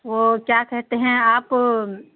وہ کیا کہتے ہیں آپ